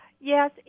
Yes